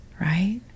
right